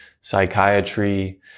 psychiatry